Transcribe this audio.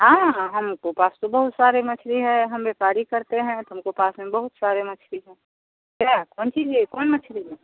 हाँ हमको पास तो बहुत सारे मछली हैं हम व्यापार ही करते हैं तो हमको पास में बहुत सारे मछली है क्या कौन चीज़ ले कौन मछली है